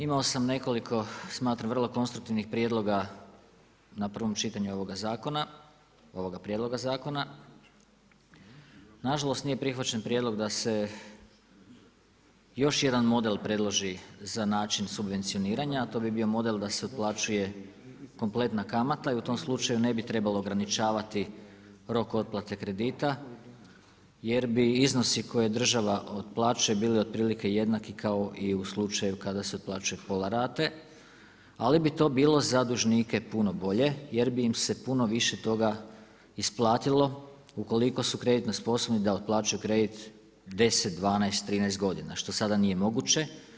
Imao sam nekoliko smatram vrlo konstruktivnih prijedloga na prvom čitanju ovoga zakona, ovoga prijedloga zakona. nažalost nije prihvaćen prijedlog da se još jedan model predloži za način subvencioniranja a to bi bio model da se otplaćuje kompletna kamata i u tom slučaju ne bi trebalo ograničavati rok otplate kredita jer bi iznosi koji država otplaćuje bili otprilike jednaki kao i u slučaju kada se otplaćuje pola rate, ali bi to bilo za dužnike puno bolje jer bi im se puno više toga isplatilo ukoliko su kreditno sposobni da otplaćuju kredit 10, 12, 13 godina, što sada nije moguće.